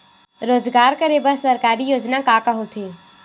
रोजगार करे बर सरकारी योजना का का होथे?